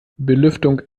belüftung